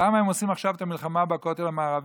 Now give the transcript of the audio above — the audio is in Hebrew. למה הם עושים עכשיו את המלחמה בכותל המערבי?